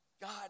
God